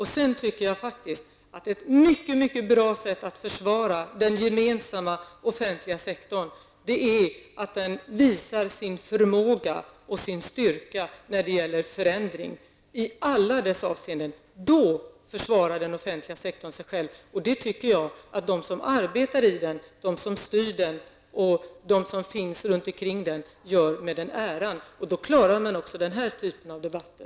Jag tycker faktiskt att ett mycket bra sätt att försvara den offentliga sektorn är att ge den möjligheten att visa sin förmåga och styrka när det gäller förändring i alla dessa avseenden. Då försvarar den offentliga sektorn sig själv, och jag tycker att de som arbetar i den, som styr den och som finns runt omkring den gör det med den äran. Då klarar man också denna typ av debatter.